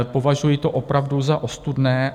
Považuji to opravdu za ostudné.